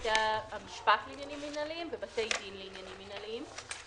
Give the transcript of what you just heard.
בבתי המשפט לעניינים מינהליים ובתי דין לעניינים מינהליים.